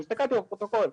אני הסתכלתי בפרוטוקול,